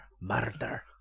murder